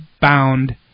bound